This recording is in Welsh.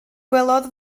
gwelodd